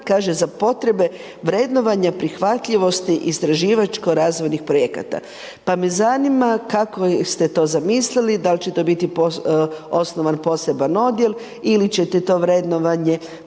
kuna za potrebe vrednovanja prihvatljivosti istraživačko razvojnih projekata. Pa me zanima kako ste to zamislili? Da li će to biti osnovan poseban odjel ili ćete to vrednovanje prebaciti